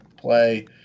play